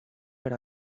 per